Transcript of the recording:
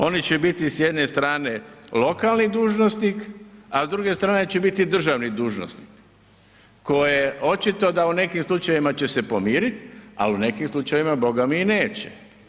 Oni će biti s jedne strane lokalni dužnosnik a s druge strane će biti državni dužnosnik koje očito da u nekim slučajevima će se pomiriti ali u nekim slučajevima bogami i neće.